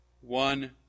One